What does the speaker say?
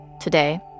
Today